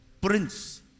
Prince